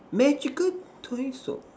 magical toy store